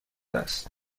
است